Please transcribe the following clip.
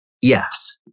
Yes